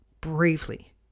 bravely